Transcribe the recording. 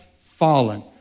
fallen